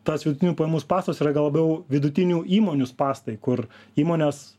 tas vidutinių pajamų spąstas yra gal yra vidutinių įmonių spąstai kur įmonės